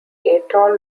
atoll